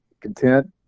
content